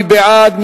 מי בעד?